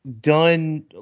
done